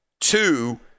Two